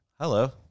hello